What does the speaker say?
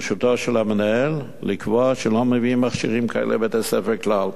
ברשותו של המנהל לקבוע שלא מביאים מכשירים כאלה לבית-הספר כלל.